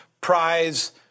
prize